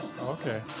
Okay